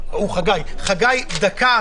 שצריכים למסור את רשימת חייבי הבידוד